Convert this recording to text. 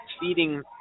feeding